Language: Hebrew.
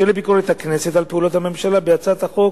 אשר לביקורת הכנסת על פעולת הממשלה, בהצעת החוק